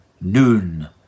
noon